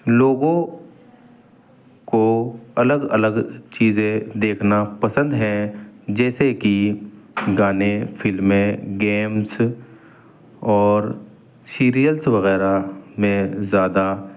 لوگوں کو الگ الگ چیزیں دیکھنا پسند ہیں جیسے کہ گانے فلمیں گیمس اور سیریلس وغیرہ میں زیادہ